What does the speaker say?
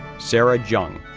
sarah jung,